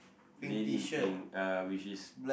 lady in pink uh which is